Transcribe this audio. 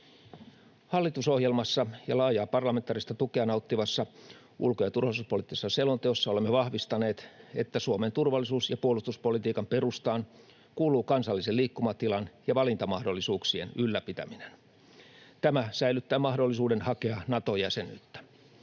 Hallitusohjelmassa ja laajaa parlamentaarista tukea nauttivassa ulko- ja turvallisuuspoliittisessa selonteossa olemme vahvistaneet, että Suomen turvallisuus- ja puolustuspolitiikan perustaan kuuluu kansallisen liikkumatilan ja valintamahdollisuuksien ylläpitäminen. Tämä säilyttää mahdollisuuden hakea Nato-jäsenyyttä.